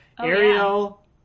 Ariel